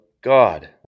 God